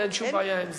ואין שום בעיה אם זה.